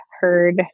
heard